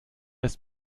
ist